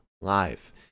live